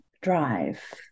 drive